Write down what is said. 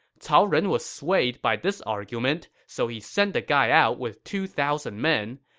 cao ren was swayed by this argument, so he sent the guy out with two thousand men.